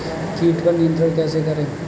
कीट पर नियंत्रण कैसे करें?